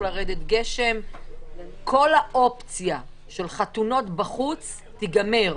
כל האופציה של חתונות בחוץ תיגמר.